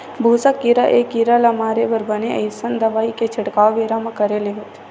भूसा कीरा ए कीरा ल मारे बर बने असन दवई के छिड़काव बेरा म करे ले होथे